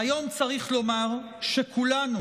והיום צריך לומר שכולנו,